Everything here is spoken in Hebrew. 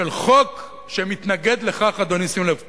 של חוק שמתנגד לכך, אדוני, שים לב טוב,